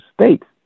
states